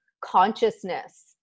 consciousness